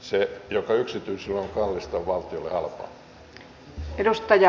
se mikä yksityiselle on kallista on valtiolle halpaa